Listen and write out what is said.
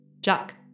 Jack